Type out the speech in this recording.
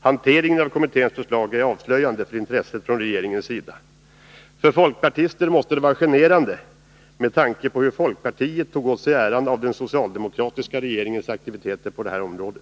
Hanteringen av kommitténs förslag är avslöjande för intresset från regeringens sida. För folkpartister måste det vara generande, med tanke på hur folkpartiet tog åt sig äran av den socialdemokratiska regeringens aktiviteter på detta område.